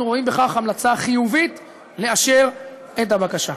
אנחנו רואים בכך המלצה חיובית לאשר את הבקשה.